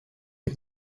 die